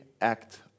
act